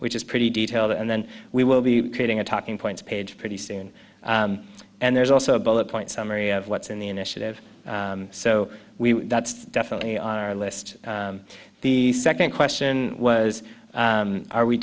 which is pretty detailed and then we will be creating a talking points page pretty soon and there's also a bullet point summary of what's in the initiative and so we that's definitely on our list the second question was are we